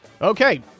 Okay